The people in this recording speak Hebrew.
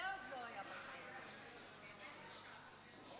חבריי חברי הכנסת, השרים, אני